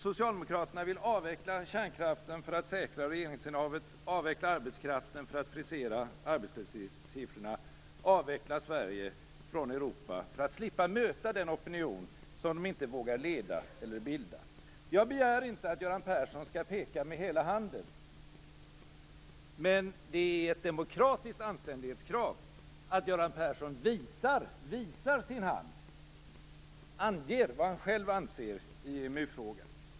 Socialdemokraterna vill avveckla kärnkraften för att säkra regeringsinnehavet, avveckla arbetskraften för att frisera arbetslöshetssiffrorna, avveckla Sverige från Europa för att slippa möta den opinion som de inte vågar leda eller bilda. Jag begär inte att Göran Persson skall peka med hela handen. Men det är ett demokratiskt anständighetskrav att Göran Persson visar sin hand och anger vad han själv anser i EMU-frågan.